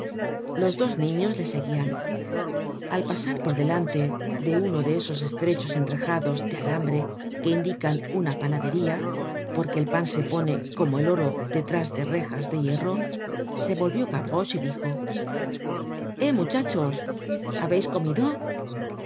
los dos niños le seguian al pasar por delante de uno de esos estrechos enrejados de alambre que indican una panadería porque el pan se pone como el oro detrás de rejas de hierro se volvió gavroche y dijo eh muchachos